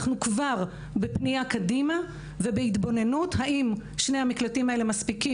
אנחנו כבר בפניה קדימה ובהתבוננות האם שני המקלטים האלה מספיקים,